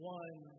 one